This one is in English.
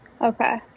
Okay